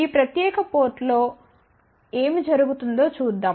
ఈ ప్రత్యేక పోర్టులో ఏమి జరుగుతుందో చూద్దాం